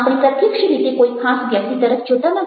આપણે પ્રત્યક્ષ રીતે કોઈ ખાસ વ્યક્તિ તરફ જોતા નથી